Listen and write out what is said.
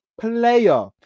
player